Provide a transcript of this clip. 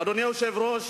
אדוני היושב-ראש,